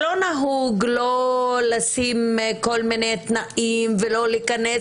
שלא נהוג לשים כל מיני תנאים מראש ואפילו לא להיכנס